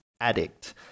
Addict